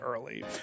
early